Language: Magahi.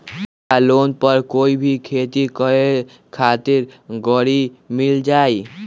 का लोन पर कोई भी खेती करें खातिर गरी मिल जाइ?